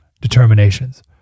determinations